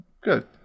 good